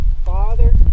Father